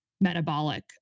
metabolic